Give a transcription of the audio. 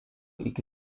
iki